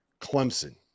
clemson